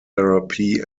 therapy